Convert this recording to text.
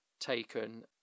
taken